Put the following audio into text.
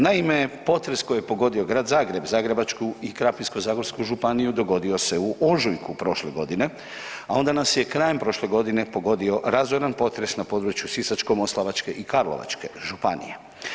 Naime, potres koji je pogodio grad Zagreb, Zagrebačku i Krapinsko-zagorsku županiju dogodio se u ožujku prošle godine, a onda nas je krajem prošle godine pogodio razoran potres na području Sisačko-moslavačke i Karlovačke županije.